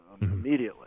immediately